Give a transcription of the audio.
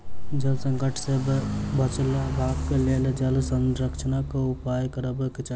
जल संकट सॅ बचबाक लेल जल संरक्षणक उपाय करबाक चाही